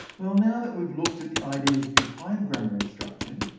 well, now that we've looked at the ideas behind grammar instruction,